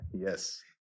Yes